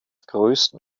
größten